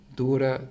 dura